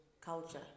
culture